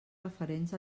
referents